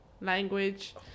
language